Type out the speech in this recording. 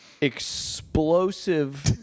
explosive